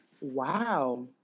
wow